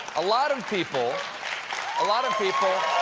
a lot of people a lot of people,